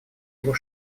его